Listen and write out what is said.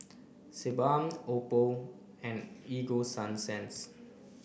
Sebamed Oppo and Ego Sunsense